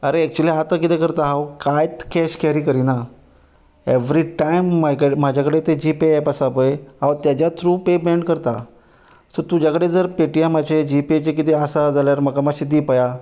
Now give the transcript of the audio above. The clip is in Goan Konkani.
आरे एक्च्युली आतां कितें करता हांव कांय कॅश कॅरी करिना एवरिटायम म्हाजे कडेन तें जी पे एप आसा पय हाव तेज्या थ्रू पेमॅंट करतां सो तुज्या कडेन जर पेटिएमाचें जीपेचें कितें आसा जाल्यार म्हाका मातशें दी पया